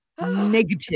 Negative